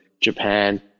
Japan